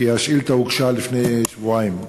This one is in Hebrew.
כי השאילתה הוגשה לפני שבועיים.